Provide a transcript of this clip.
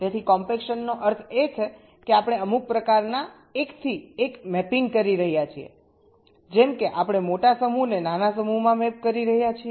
તેથી કોમ્પેક્શનનો અર્થ એ છે કે આપણે અમુક પ્રકારના એકથી એક મેપિંગ કરી રહ્યા છીએ જેમ કે આપણે મોટા સમૂહને નાના સમૂહમાં મેપ કરી રહ્યા છીએ